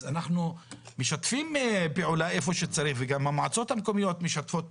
אז אנחנו משתפים פעולה איפה שצריך וגם המועצות המקומיות משתפות פעולה.